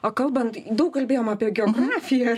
o kalbant daug kalbėjom apie geografiją